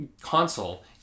console